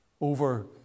over